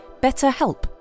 BetterHelp